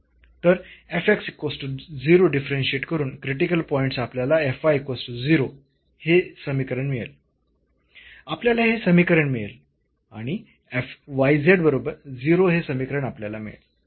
तर डिफरन्शियेट करून critical points आपल्याला हे समीकरण मिळेल आपल्याला हे समीकरण मिळेल आणि F y z बरोबर हे समीकरण आपल्याला मिळेल